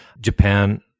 Japan